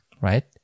right